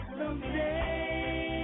someday